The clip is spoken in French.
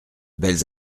belles